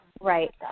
Right